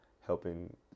helping